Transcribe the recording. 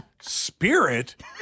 spirit